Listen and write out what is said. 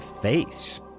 face